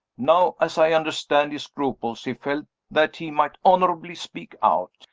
now, as i understand his scruples, he felt that he might honorably speak out.